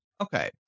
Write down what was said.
okay